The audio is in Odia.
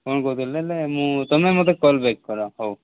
କ'ଣ କହୁଥିଲେ ହେଲେ ମୁଁ ତୁମେ ମୋତେ କଲ୍ ବ୍ୟାକ୍ କର ହଉ